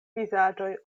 vizaĝoj